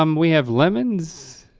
um we have lemons,